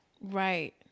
Right